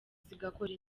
zigakora